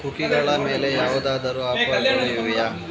ಕುಕ್ಕಿಗಳ ಮೇಲೆ ಯಾವುದಾದರೂ ಆಫರ್ಗಳು ಇವೆಯಾ